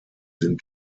sind